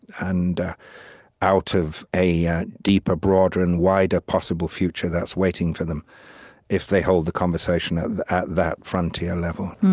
and out of a yeah deeper, broader, and wider possible future that's waiting for them if they hold the conversation at at that frontier level.